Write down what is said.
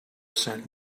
sent